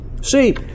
See